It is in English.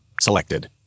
Selected